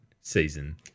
season